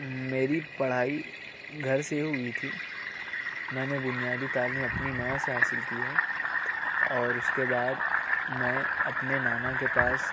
میری پڑھائی گھر سے ہوئی تھی میں نے بنیادی تعلیم اپنی ماں سے حاصل کی ہے اور اس کے بعد میں اپنے نانا کے پاس